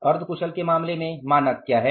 अर्ध कुशल के मामले में मानक क्या है